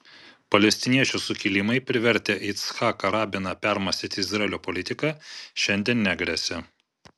palestiniečių sukilimai privertę yitzhaką rabiną permąstyti izraelio politiką šiandien negresia